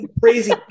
Crazy